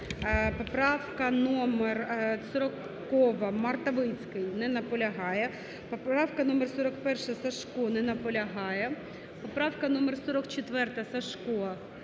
Поправка номер 40, Мартовицький. Не наполягає. Поправка номер 41, Сажко. Не наполягає. Поправка номер 44, Сажко. Не наполягає.